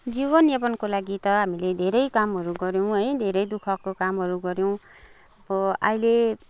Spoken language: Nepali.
जीवन यापनको लागि त हामीले धेरै कामहरू गर्यौँ है धेरै दुखको कामहरू गर्यौँ अब अहिले